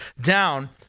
down